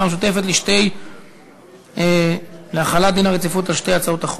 המשותפת להחלת דין הרציפות על שתי הצעות החוק.